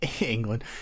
England